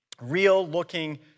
real-looking